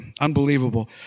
Unbelievable